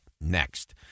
next